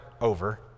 over